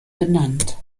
benannt